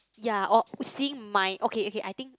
ya oh seeing my okay okay I think